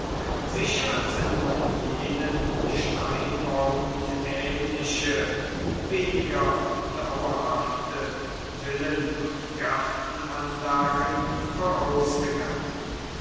sicher sind jenen steinbauten ähnliche weniger dauerhafte villen und gartenanlagen vorausgegangen